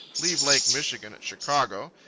leave lake michigan at chicago,